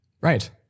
Right